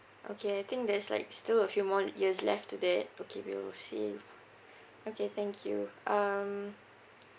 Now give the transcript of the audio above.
okay I think there's like still a few more years left to that okay we will see okay thank you um